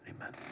Amen